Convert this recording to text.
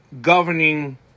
governing